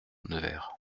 nevers